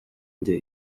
njye